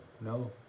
no